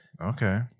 Okay